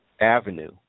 avenue